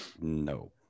No